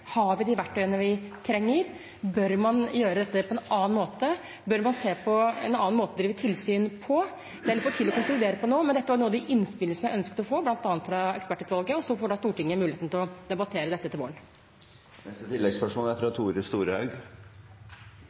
Har vi de verktøyene vi trenger? Bør man gjøre dette på en annen måte? Bør man se på en annen måte å drive tilsyn på? Det er litt for tidlig å konkludere nå, men dette var noen av de innspillene jeg ønsket å få, bl.a. fra ekspertutvalget, og så får Stortinget muligheten til å debattere dette til